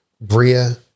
Bria